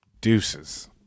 Deuces